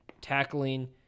Tackling